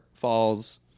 falls